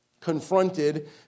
confronted